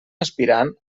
aspirant